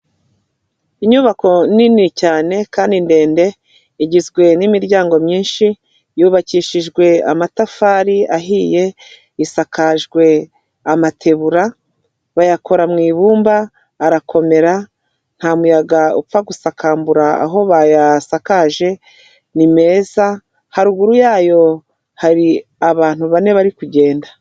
Inyubako nini cyane kandi ndende igizwe n'imiryango myinshi, yubakishijwe amatafari ahiye, isakajwe amategura bayakora mu ibumba, arakomera nta muyaga upfa gusakambura aho bayasakaje, ni meza, haruguru yayo hari abantu bane bari kugenda.